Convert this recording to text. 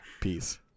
peace